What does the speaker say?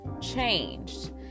changed